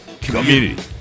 community